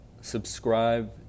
Subscribe